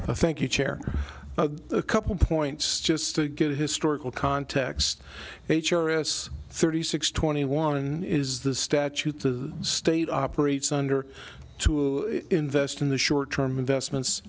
thank you chair a couple of points just to get a historical context h r s thirty six twenty one in the statute the state operates under two invest in the short term investments